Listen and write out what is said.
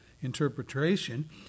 interpretation